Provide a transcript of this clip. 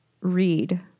read